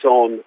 on